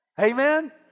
Amen